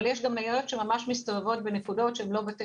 אבל יש גם ניידות שממש מסתובבות בנקודות שהן לא בתי